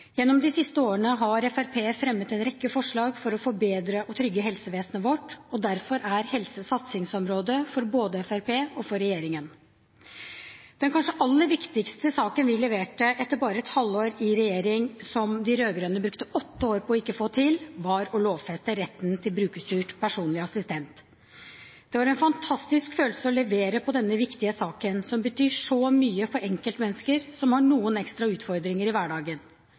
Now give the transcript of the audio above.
Gjennom de siste årene har Fremskrittspartiet fremmet en rekke forslag for å forbedre og trygge helsevesenet vårt, og derfor er helse et satsingsområde for både Fremskrittspartiet og regjeringen. Den kanskje aller viktigste saken vi leverte på etter bare et halvår i regjering – som de rød-grønne brukte åtte år på ikke å få til – var å lovfeste retten til brukerstyrt personlig assistent. Det var en fantastisk følelse å levere på denne viktige saken, som betyr så mye for enkeltmennesker som har noen ekstra utfordringer i hverdagen.